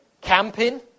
Camping